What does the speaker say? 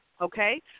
okay